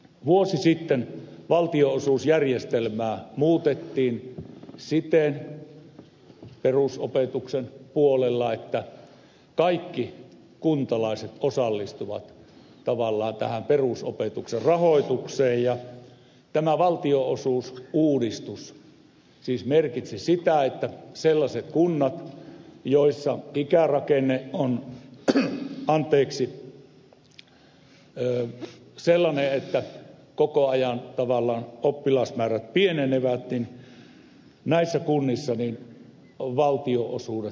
vuosi sitten valtionosuusjärjestelmää muutettiin perusopetuksen puolella siten että kaikki kuntalaiset osallistuvat tavallaan tähän perusopetuksen rahoitukseen ja tämä valtionosuusuudistus siis merkitsi sitä että sellaisissa kunnissa joissa ikärakenne on sellainen että koko ajan tavallaan oppilasmäärät pienenevät valtionosuudet laskivat